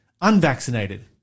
unvaccinated